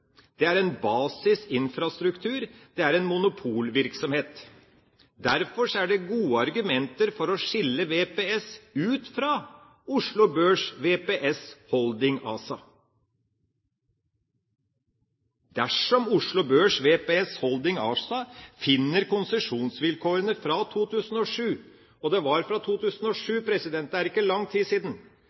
Det er en basis infrastruktur, det er en monopolvirksomhet. Derfor er det gode argumenter for å skille VPS ut fra Oslo Børs VPS Holding ASA. Dersom Oslo Børs VPS Holding ASA finner konsesjonsvilkårene fra 2007 – og det var i 2007, det er ikke lang tid siden